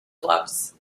gloves